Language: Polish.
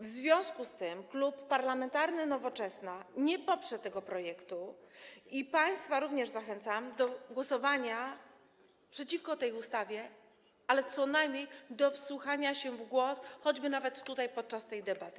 W związku z tym Klub Poselski Nowoczesna nie poprze tego projektu i państwa również zachęcam do głosowania przeciwko tej ustawie, a co najmniej do wsłuchania się w głosy, choćby nawet tutaj, podczas tej debaty.